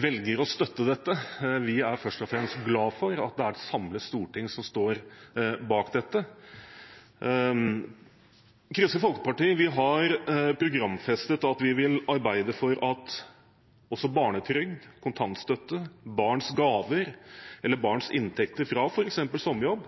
velger å støtte den. Vi er først og fremst glad for at det er et samlet storting som står bak dette. Vi i Kristelig Folkeparti har programfestet at vi vil arbeide for at også barnetrygd, kontantstøtte, barns gaver eller barns inntekter fra f.eks. sommerjobb